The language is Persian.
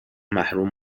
محروم